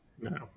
No